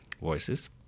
voices